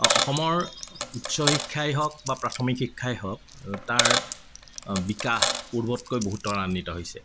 অঁ অসমৰ উচ্চ শিক্ষাই হওক বা প্ৰাথমিক শিক্ষাই হওক তাৰ বিকাশ পূৰ্বতকৈ বহুত ত্বৰান্বিত হৈছে